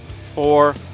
Four